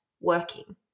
working